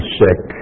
sick